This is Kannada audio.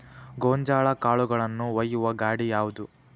ಗೋಂಜಾಳ ಕಾಳುಗಳನ್ನು ಒಯ್ಯುವ ಗಾಡಿ ಯಾವದು?